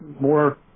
more